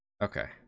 Okay